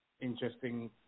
interesting